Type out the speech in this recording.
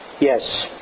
Yes